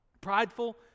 Prideful